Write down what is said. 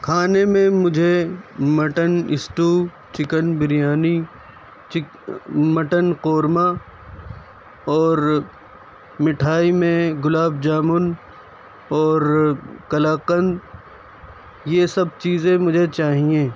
کھانے میں مجھے مٹن اسٹو چکن بریانی چک مٹن قورمہ اور مٹھائی میں گلاب جامن اور قلاقند یہ سب چیزیں مجھے چاہئیں